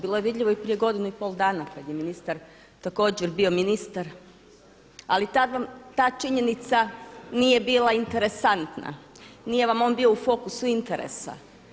Bilo je vidljivo i prije godinu i pol dana od kada je ministar također bio ministar, ali tada vam ta činjenica nije bila interesantna, nije vam on bio u fokusu interesa.